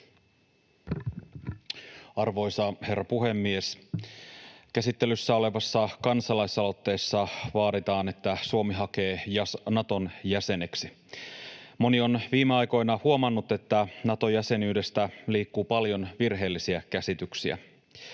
Arvoisa herra puhemies! Käsittelyssä olevassa kansa-laisaloitteessa vaaditaan, että Suomi hakee Naton jäseneksi. Moni on viime aikoina huomannut, että Nato-jäsenyydestä liikkuu paljon virheellisiä käsityksiä.